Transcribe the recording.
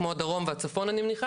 כמו הצפון והדרום אני מניחה,